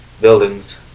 buildings